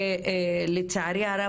לצערי הרב,